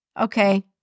okay